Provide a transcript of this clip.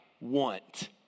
want